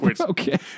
Okay